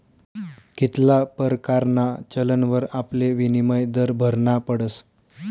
कित्ला परकारना चलनवर आपले विनिमय दर भरना पडस